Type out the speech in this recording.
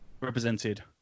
represented